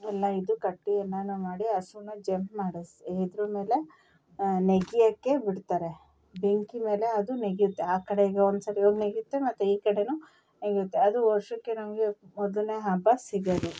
ಎಲ್ಲ ಇದು ಕಟ್ಟಿ ಏನನ ಮಾಡಿ ಹಸುನ ಜಂಪ್ ಮಾಡಿಸಿ ಇದ್ರ ಮೇಲೆ ನೆಗೆಯೋಕ್ಕೆ ಬಿಡ್ತಾರೆ ಬೆಂಕಿ ಮೇಲೆ ಅದು ನೆಗೆಯುತ್ತೆ ಆ ಕಡೆಗೂ ಒಂದು ಸರಿ ಹೋಗ್ ನೆಗೆಯುತ್ತೆ ಮತ್ತು ಈ ಕಡೆಯೂ ನೆಗೆಯುತ್ತೆ ಅದು ವರ್ಷಕ್ಕೆ ನಮಗೆ ಮೊದಲನೇ ಹಬ್ಬ ಸಿಗೋದು